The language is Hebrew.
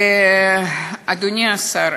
אדוני השר,